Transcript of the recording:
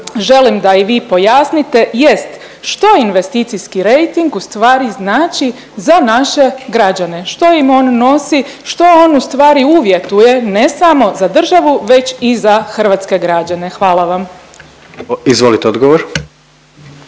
želim da i vi pojasnite jest, što investicijski rejting ustvari znači za naše građane, što im on nosi, što on ustvari uvjetuje ne samo za državu već i za hrvatske građane? Hvala vam. **Jandroković,